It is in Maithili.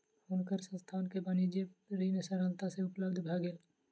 हुनकर संस्थान के वाणिज्य ऋण सरलता सँ उपलब्ध भ गेल